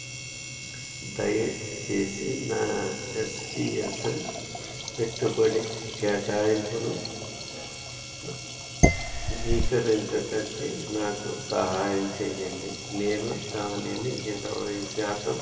దయచేసి నా ఎస్పీఎస్ పెట్టుబడి కేటాయింపును నవీకరించటానికి నాకు సహాయం చేయండి నేను దానిని ఇరవై శాతం